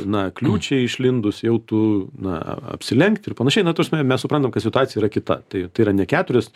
na kliūčiai išlindus jau tu na apsilenkt ir panašiai na ta prasme mes suprantam kad situacija yra kita tai tai yra ne keturios